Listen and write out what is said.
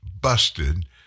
busted